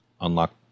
unlock